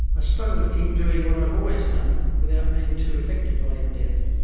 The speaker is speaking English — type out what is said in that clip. ah struggle to keep doing what i've always done without being too affected by your death.